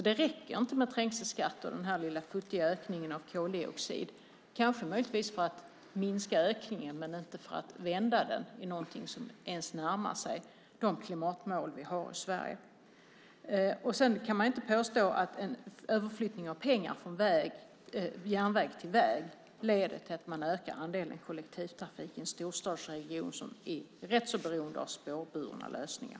Det räcker inte med trängselskatten och den lilla futtiga ökningen av koldioxidskatten. Det räcker kanske möjligtvis för att minska ökningen men inte för att vända det till någonting som ens närmar sig de klimatmål vi har i Sverige. Man kan inte påstå att en överflyttning av pengar från järnväg till väg leder till att man ökar andelen kollektivtrafik i en storstadsregion som är rätt så beroende av spårburna lösningar.